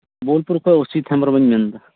ᱵᱳᱞᱯᱩᱨ ᱠᱷᱚᱱ ᱚᱥᱤᱛ ᱦᱮᱢᱵᱽᱨᱚᱢ ᱤᱧ ᱢᱮᱱ ᱮᱫᱟ